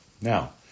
Now